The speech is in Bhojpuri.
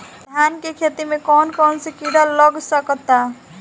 धान के खेती में कौन कौन से किड़ा लग सकता?